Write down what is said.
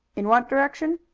in what direction?